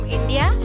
India